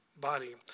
body